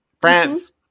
France